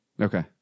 Okay